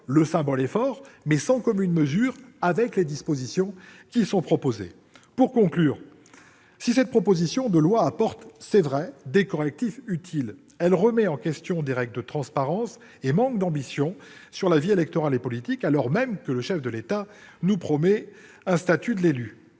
le symbole est fort, mais sans commune mesure avec les dispositions proposées. Pour conclure, si cette proposition de loi apporte, c'est vrai, des correctifs utiles, elle remet en question des règles de transparence et manque d'ambition sur la vie électorale et politique, alors même que le chef de l'État nous promet la mise en